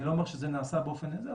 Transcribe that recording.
אני לא אומר שזה נעשה באופן הזה,